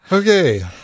Okay